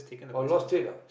oh lost it ah